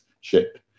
ship